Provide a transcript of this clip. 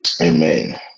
Amen